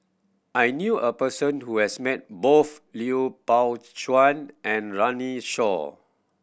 I knew a person who has met both Lui Pao Chuen and Runme Shaw